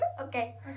Okay